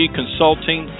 Consulting